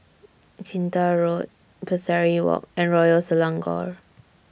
Kinta Road Pesari Walk and Royal Selangor